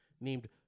named